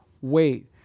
Wait